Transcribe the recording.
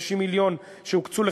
50 מיליון שהוקצו לכך,